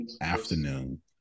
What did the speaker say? afternoon